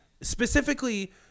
specifically